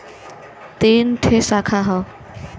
तीन ठे साखा हौ